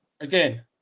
Again